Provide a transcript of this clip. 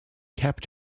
kept